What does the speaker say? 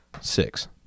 Six